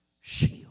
shield